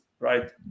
Right